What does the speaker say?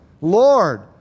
Lord